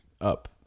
up